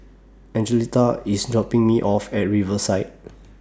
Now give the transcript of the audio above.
Angelita IS dropping Me off At Riverside